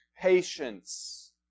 patience